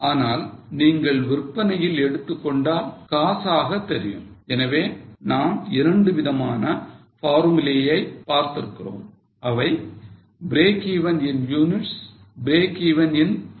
ஆனால் நீங்கள் விற்பனையில் எடுத்துக்கொண்டால் காசாக தெரியும் எனவே நாம் இரண்டு விதமான formulae ஐ பார்த்திருக்கிறோம் அவை break even in units break even in sales